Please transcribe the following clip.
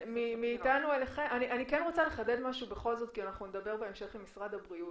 אני רוצה לחדד משהו בכל זאת כי אנחנו נדבר בהמשך עם נציגי משרד הבריאות.